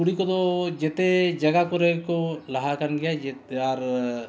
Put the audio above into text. ᱠᱩᱲᱤ ᱠᱚᱫᱚ ᱡᱷᱚᱛᱚ ᱡᱟᱭᱜᱟ ᱠᱚᱨᱮ ᱜᱮᱠᱚ ᱞᱟᱦᱟ ᱟᱠᱟᱱ ᱜᱮᱭᱟ ᱡᱮ ᱟᱨ